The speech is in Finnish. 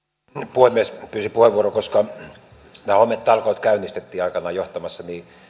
puhemies pyysin puheenvuoron koska tämä hometalkoot käynnistettiin aikanaan johtamassani